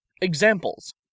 Examples